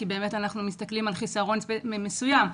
כי אנחנו מסתכלים על חיסרון מסוים,